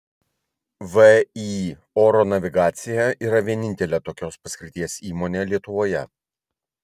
vį oro navigacija yra vienintelė tokios paskirties įmonė lietuvoje